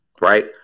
right